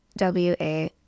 WA